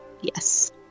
Yes